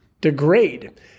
degrade